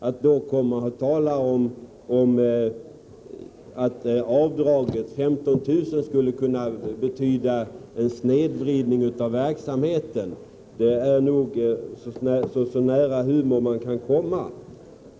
Att då komma och tala om att avdraget på 15 000 kr. skulle kunna betyda en snedvridning av verksam heten är nog så nära humorn man kan komma.